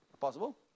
Possible